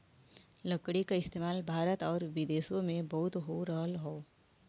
लकड़ी क इस्तेमाल भारत आउर विदेसो में बहुत हो रहल हौ